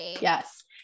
Yes